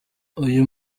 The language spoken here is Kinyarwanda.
uyu